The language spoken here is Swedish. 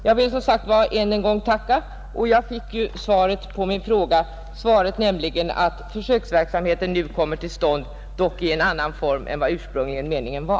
Jag vill ännu en gång tacka, och jag fick ju svar på min fråga — nämligen att försöksverksamheten nu kommer till stånd, dock i en annan form än vad ursprungligen meningen var.